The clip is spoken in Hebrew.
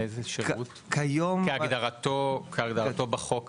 כהגדרתו בחוק הזה?